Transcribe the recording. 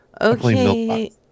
Okay